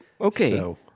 Okay